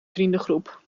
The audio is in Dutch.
vriendengroep